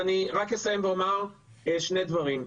אני אסיים ואומר שני דברים.